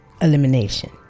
elimination